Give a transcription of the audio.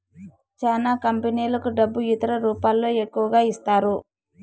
చానా కంపెనీలకు డబ్బు ఇతర రూపాల్లో ఎక్కువగా ఇస్తారు